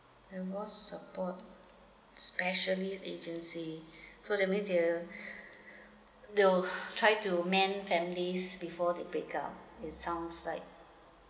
divorce support specialist agency so that means to to try to man families before they break up it's sounds like